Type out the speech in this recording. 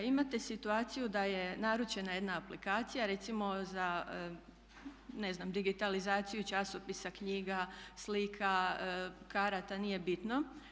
Imate situaciju da je naručena jedna aplikacija, recimo za ne znam digitalizaciju časopisa, knjiga, slika, karata, nije bitno.